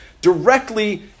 directly